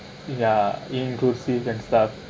ya inclusive and stuff